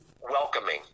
welcoming